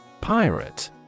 Pirate